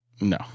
No